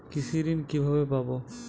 কৃষি ঋন কিভাবে পাব?